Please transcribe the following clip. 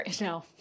No